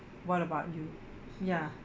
what about you ya